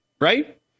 right